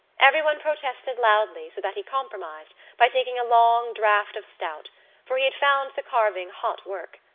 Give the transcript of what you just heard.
everyone protested loudly so that he compromised by taking a long draught of stout for he had found the carving hot work.